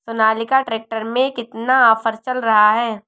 Sonalika tractor में कितना offer चल रहा है?